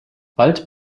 bald